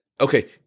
okay